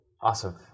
Awesome